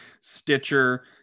stitcher